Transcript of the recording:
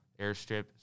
airstrip